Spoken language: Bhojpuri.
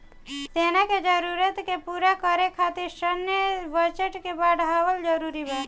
सेना के जरूरत के पूरा करे खातिर सैन्य बजट के बढ़ावल जरूरी बा